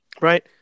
right